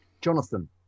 Jonathan